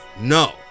no